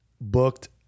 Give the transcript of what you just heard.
booked